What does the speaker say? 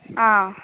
ஆ